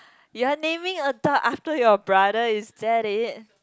you're naming a dog after your brother is that it